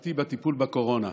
הממשלתי בטיפול בקורונה.